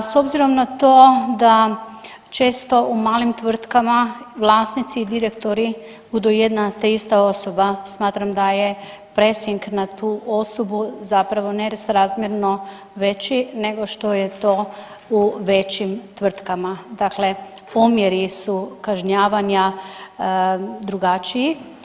A s obzirom na to da često u malim tvrtkama vlasnici i direktori budu jedna te ista osoba smatram da je presing na tu osobu zapravo nesrazmjerno veći nego što je to u većim tvrtkama, dakle omjeri su kažnjavanja drugačiji.